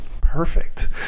Perfect